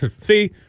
see